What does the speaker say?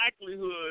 likelihood